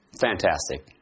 Fantastic